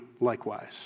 likewise